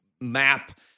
map